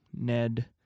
Ned